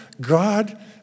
God